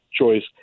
choice